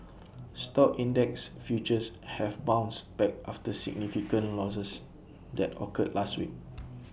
stock index futures have bounced back after significant losses that occurred last week